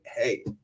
Hey